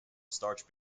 starch